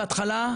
בהתחלה,